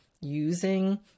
using